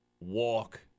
walk